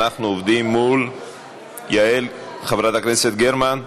אנחנו עובדים מול יעל, חברת הכנסת גרמן.